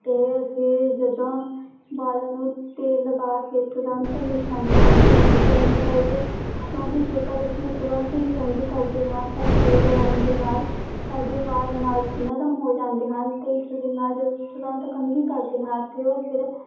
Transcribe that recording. ਇਹ ਅਸੀਂ ਜਦੋਂ ਵਾਲਾਂ ਨੂੰ ਤੇਲ ਲਗਾ ਕੇ ਤੁਰੰਤ ਹੀ ਸਾਨੂੰ ਕੰਘੀ ਨਹੀਂ ਕਰਨੇ ਚਾਹੀਦੇ ਕਿਉਂਕਿ ਜੇਕਰ ਅਸੀਂ ਤੁਰੰਤ ਹੀ ਕੰਘੀ ਕਰਦੇ ਹਾਂ ਤਾਂ ਤੇਲ ਲਗਵਾਉਣ ਦੇ ਨਾਲ ਸਾਡੇ ਵਾਲ ਨਾਲ ਨਰ ਨਰਮ ਹੋ ਜਾਂਦੇ ਹਨ ਅਤੇ ਇਸ ਦੇ ਨਾਲ ਜਦੋਂ ਤੁਰੰਤ ਕੰਘੀ ਕਰਦੇ ਹਾਂ ਤਾਂ ਉਹ ਫਿਰ